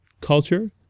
culture